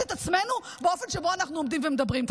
את עצמנו באופן שבו אנחנו עומדים ומדברים פה.